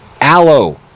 aloe